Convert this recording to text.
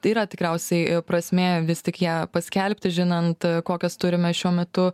yra tikriausiai prasmė vis tik ją paskelbti žinant kokias turime šiuo metu